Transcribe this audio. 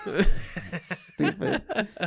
Stupid